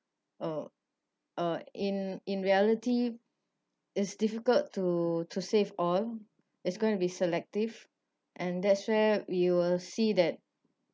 uh in in reality it's difficult to to save all it's going to be selective and that's where we will see that